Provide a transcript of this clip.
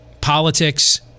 politics